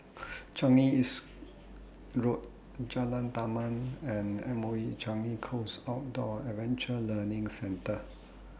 Changi East Road Jalan Taman and M O E Changi Coast Outdoor Adventure Learning Centre